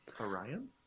Orion